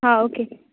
हा ओके